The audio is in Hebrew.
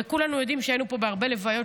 וכולנו יודעים שהיינו בהרבה לוויות,